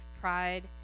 pride